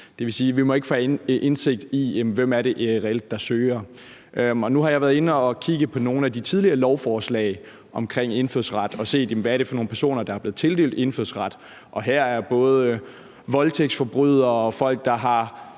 Det vil sige, at vi ikke må få indsigt i, hvem det reelt er, der søger. Nu har jeg været inde at kigge på nogle af de tidligere lovforslag om indfødsret og set, hvad det er for nogle personer, der er blevet tildelt indfødsret, og her er både voldtægtsforbrydere og folk, der har